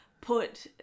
Put